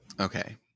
Okay